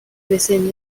within